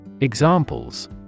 Examples